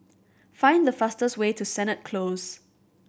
find the fastest way to Sennett Close